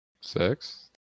Six